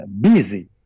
busy